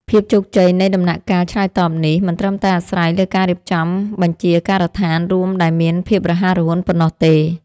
ភាពជោគជ័យនៃដំណាក់កាលឆ្លើយតបនេះ មិនត្រឹមតែអាស្រ័យលើការរៀបចំបញ្ជាការដ្ឋានរួមដែលមានភាពរហ័សរហួនប៉ុណ្ណោះទេ។